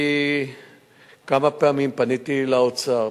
אני כמה פעמים פניתי לאוצר,